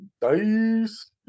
Dice